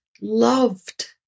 loved